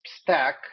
stack